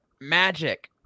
magic